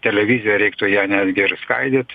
televizijoj reiktų ją netgi ir skaidyt